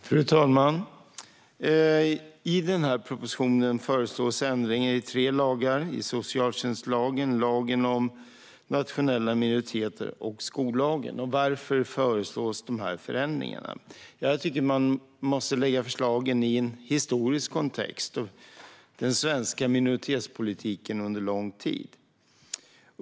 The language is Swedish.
Fru talman! I denna proposition föreslås ändringar i tre lagar: socialtjänstlagen, lagen om nationella minoriteter och skollagen. Varför föreslås dessa ändringar? Jag tycker att man måste sätta in förslagen i en historisk kontext, nämligen den svenska minoritetspolitiken under lång tid.